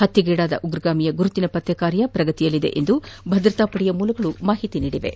ಹತ್ತೆಗೋಡಾದ ಉಗ್ರಗಾಮಿಯ ಗುರುತಿನ ಪತ್ತೆ ಕಾರ್ಯ ನಡೆಯುತ್ತಿದೆ ಎಂದು ಭದ್ರತಾ ಪಡೆಯ ಮೂಲಗಳು ತಿಳಿಸಿವೆ